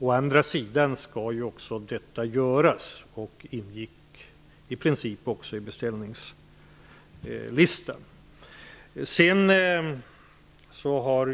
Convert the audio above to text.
Å andra sidan skall också dessa byggen genomföras och fanns i princip med på beställningslistan.